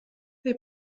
they